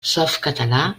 softcatalà